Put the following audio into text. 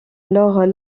alors